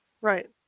Right